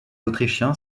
autrichien